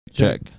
Check